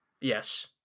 Yes